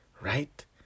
right